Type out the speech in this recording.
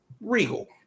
regal